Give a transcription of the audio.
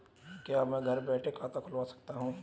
क्या मैं घर बैठे खाता खुलवा सकता हूँ?